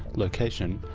location,